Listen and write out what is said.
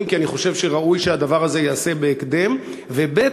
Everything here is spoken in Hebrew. כי אני חושב שראוי שהדבר הזה ייעשה בהקדם, ב.